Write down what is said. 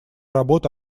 работа